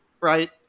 right